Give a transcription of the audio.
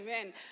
Amen